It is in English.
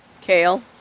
Kale